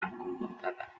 acomodada